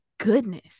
Goodness